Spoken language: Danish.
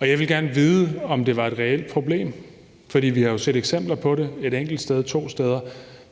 jeg ville gerne vide, om det var et reelt problem. For vi har jo set eksempler på det et enkelt sted eller to steder,